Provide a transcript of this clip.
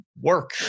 work